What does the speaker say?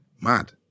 mad